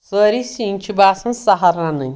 سٲری سِنۍ چھِ باسان سہل رَنٕنۍ